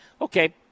Okay